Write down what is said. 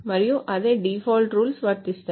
మరియు అదే default rules వర్తిస్తాయి